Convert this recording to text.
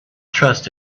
trust